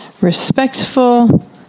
respectful